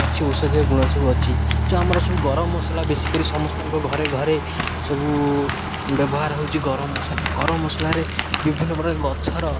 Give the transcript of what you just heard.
ଅଛି ଔଷଧୀୟ ଗୁଣ ସବୁ ଅଛି ଯେଉଁ ଆମର ସବୁ ଗରମ ମସଲା ବେଶୀ କରିରି ସମସ୍ତଙ୍କ ଘରେ ଘରେ ସବୁ ବ୍ୟବହାର ହେଉଛି ଗରମ ମସଲା ଗରମ ମସଲାରେ ବିଭିନ୍ନ ପ୍ରକାର ଗଛର